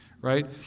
right